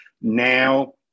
Now